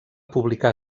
publicar